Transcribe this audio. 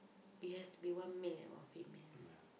it has to be one male or female